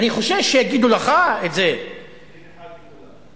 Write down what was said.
אני חושש שיגידו לך את זה, דין אחד לכולם.